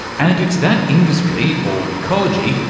and it's that industry, or ecology,